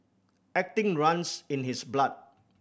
acting runs in his blood